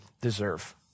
deserve